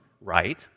right